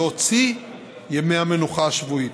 להוציא ימי המנוחה השבועית,